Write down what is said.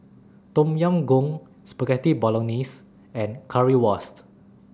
Tom Yam Goong Spaghetti Bolognese and Currywurst